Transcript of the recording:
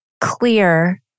clear